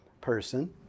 person